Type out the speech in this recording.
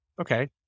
Okay